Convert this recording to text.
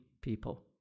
people